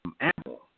Apple